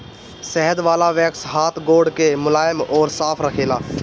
शहद वाला वैक्स हाथ गोड़ के मुलायम अउरी साफ़ रखेला